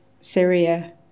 Syria